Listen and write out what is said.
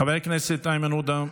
חבר הכנסת איימן עודה,